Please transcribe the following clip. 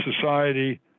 Society